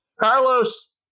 Carlos